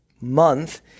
month